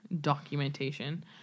documentation